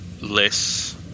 less